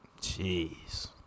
Jeez